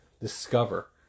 discover